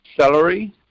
celery